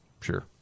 Sure